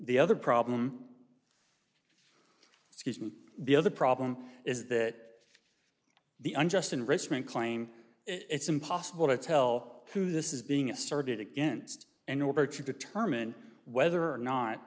the other problem excuse me the other problem is that the unjust enrichment claim it's impossible to tell who this is being asserted against in order to determine whether or not